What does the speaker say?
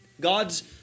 God's